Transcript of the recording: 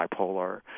bipolar